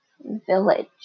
village